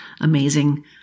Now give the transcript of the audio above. amazing